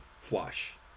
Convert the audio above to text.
flush